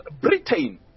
Britain